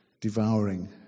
devouring